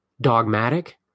dogmatic